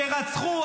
שרצחו,